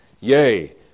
Yay